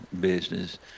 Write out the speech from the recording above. business